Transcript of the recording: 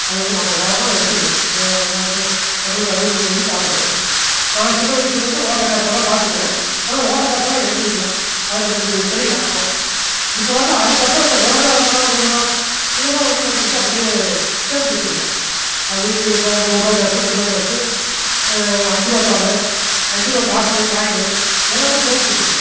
அதை வந்து ரொம்ப காலமா அதை வச்சிருக்கிறேன் நான் இப்போ நம்மளுக்கு அறுபத்தி மூணு வயசு ஆகுது நான் சின்ன வயிசுலேருந்து ஓட்டை காசெல்லாம் பாத்திருக்குறேன் ஆனால் ஓட்டை காசெல்லாம் எடுத்து வைக்கலை அது நமக்கு தெரியல அப்போது இப்போ வந்து அதுக்கு அப்பறம் தான் இந்த ஓரணா ரெண்டணா மூணணா இதெல்லாம் வந்து நம்மகிட்டே அப்படியே சேமித்து வச்சிருக்கிறேன் அது இப்போ அது ஒரு ரூவா காசு ரெண்டு ரூபா காசு அஞ்சு ரூபா தாளு அஞ்சி ரூபா காசு காயினு எல்லாம் சேமித்து வச்சிருக்கிறேன்